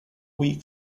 weak